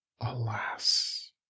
Alas